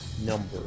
number